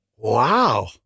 Wow